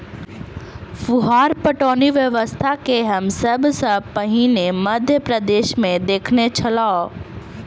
फुहार पटौनी व्यवस्था के हम सभ सॅ पहिने मध्य प्रदेशमे देखने छलौं